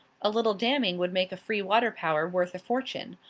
a little damming would make a free water power worth a fortune.